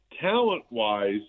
talent-wise